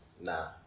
Nah